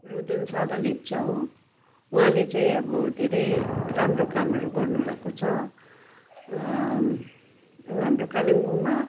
रुदेन सादा लेप्चा हो उहाँले चाहिँ अब धेरै राम्रो कामहरू गर्नु भएको छ अब हाम्रो कालिम्पोङमा